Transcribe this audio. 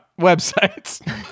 websites